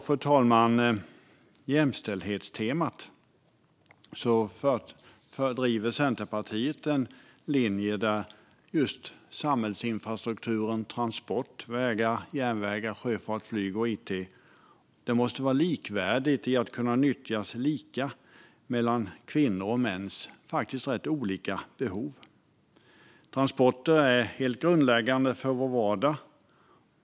För att ta jämställdhetstemat driver Centerpartiet linjen att samhällets transportinfrastruktur - vägar, järnvägar, sjöfart, flyg och it - måste vara likvärdig i att kunna nyttjas lika för kvinnors och mäns faktiskt rätt olika behov. Transporter är helt grundläggande för vår vardag.